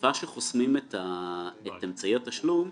בתקופה שחוסמים את אמצעי התשלום,